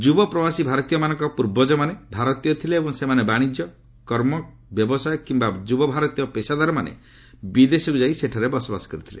ଯୁବପ୍ରବାସୀ ଭାରତୀୟମାନଙ୍କ ପୂର୍ବଜମାନେ ଭାରତୀୟ ଥିଲେ ଏବଂ ସେମାନେ ବାଣିଜ୍ୟ କର୍ମ ବ୍ୟବସାୟ କିମ୍ବା ଯୁବ ଭାରତୀୟ ପେଶାଦାରମାନେ ବିଦେଶକୁ ଯାଇ ସେଠାରେ ବସବାସ କରିଥିଲେ